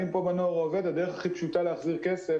בנוער העובד הדרך הפשוטה ביותר להחזיר כסף